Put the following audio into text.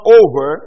over